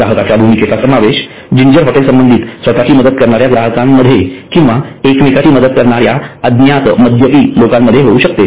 ग्राहकांच्या भूमिकेचा समावेश जिंजर हॉटेल संबंधित स्वतःची मदत करणाऱ्या ग्राहकांमध्ये किंवा एकमेकांची मदत करणाऱ्या अज्ञात मद्यपी मध्ये होऊ शकते